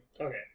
Okay